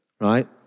right